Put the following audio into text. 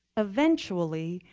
eventually,